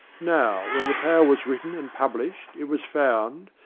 now, when the tale was written and published it was found,